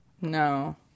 No